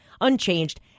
unchanged